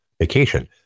vacation